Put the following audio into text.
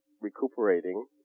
recuperating